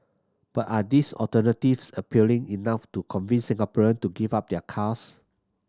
but are these alternatives appealing enough to convince Singaporean to give up their cars